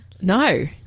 no